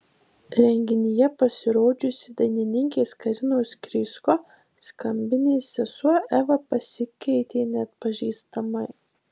renginyje pasirodžiusi dainininkės karinos krysko skambinės sesuo eva pasikeitė neatpažįstamai